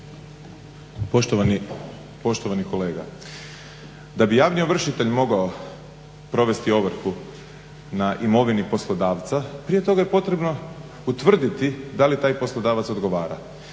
Poštovani kolega, da bi javni ovršitelj mogao provesti ovrhu na imovini poslodavca prije toga je potrebno utvrditi da li taj poslodavac odgovara,